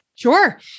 Sure